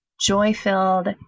joy-filled